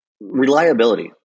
reliability